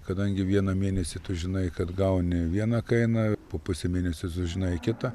kadangi vieną mėnesį tu žinai kad gauni vieną kainą po pusė mėnesio sužinai kitą